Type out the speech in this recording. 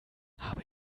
habe